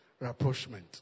rapprochement